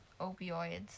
opioids